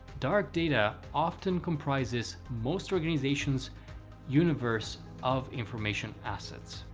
dark data often comprises most organizations' universe of information assets.